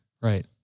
Right